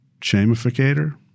shamificator